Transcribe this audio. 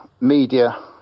media